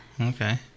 Okay